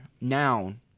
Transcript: noun